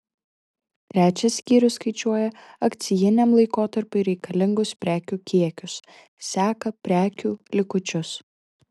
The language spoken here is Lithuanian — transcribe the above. trečias skyrius skaičiuoja akcijiniam laikotarpiui reikalingus prekių kiekius seka prekių likučius